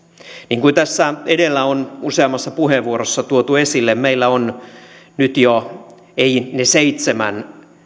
niin kuin tässä edellä on useammassa puheenvuorossa tuotu esille meillä on ei seitsemän